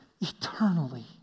eternally